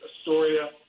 Astoria